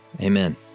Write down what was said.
Amen